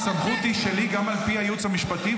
הסמכות היא שלי גם על פי הייעוץ המשפטי,